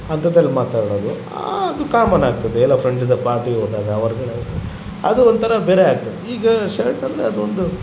ಅಂತದಲ್ಲಿ ಮಾತಾಡೋದು ಆದು ಕಾಮನ್ ಆಗ್ತದೆ ಎಲ್ಲ ಫ್ರೆಂಡ್ ಜೊತೆ ಪಾರ್ಟಿಗೆ ಹೋದಾಗ ಹೊರಗಡೆ ಅದು ಒಂಥರ ಬೇರೆ ಆಗ್ತದೆ ಈಗ ಶರ್ಟ್ ಅಂದರೆ ಅದೊಂದು